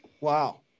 Wow